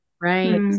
Right